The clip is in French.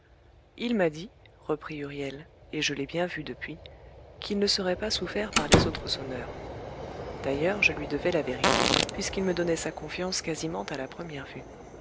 il m'a dit reprit huriel et je l'ai bien vu depuis qu'il ne serait pas souffert par les autres sonneurs d'ailleurs je lui devais la vérité puisqu'il me donnait sa confiance quasiment à la première vue